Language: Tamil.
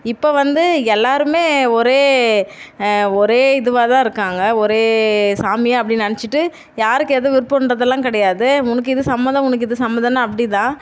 இப்போ வந்து எல்லோருமே ஒரே ஒரே இதுவாக தான் இருக்காங்க ஒரே சாமி அப்படின்னு நினைச்சிட்டு யாருக்கு எது விருப்பன்றதெல்லாம் கிடையாது உனக்கு இது சம்மதம் உனக்கு இது சம்மதம்ன்னு அப்படி தான்